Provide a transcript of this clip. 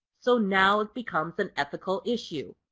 so now it becomes an ethical issue.